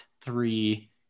three